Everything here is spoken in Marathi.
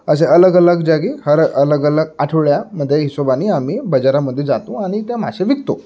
असे अलगअलग जागी हर अलगअलग आठवड्यामध्ये हिशोबाने आम्ही बाजारामध्ये जातो आणि त्या मासे विकतो